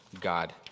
God